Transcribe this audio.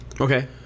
Okay